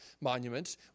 monuments